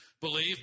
believe